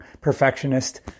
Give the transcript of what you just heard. perfectionist